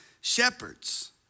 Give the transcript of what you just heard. shepherds